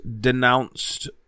denounced